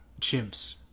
chimps